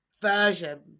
version